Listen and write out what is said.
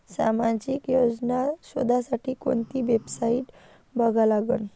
सामाजिक योजना शोधासाठी कोंती वेबसाईट बघा लागन?